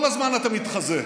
כל הזמן אתה מתחזה.